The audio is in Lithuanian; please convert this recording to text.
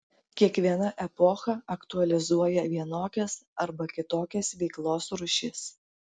kiekviena epocha aktualizuoja vienokias arba kitokias veiklos rūšis